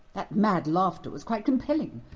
that mad laughter was quite compelling.